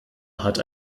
hat